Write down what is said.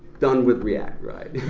done with react, right.